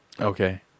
Okay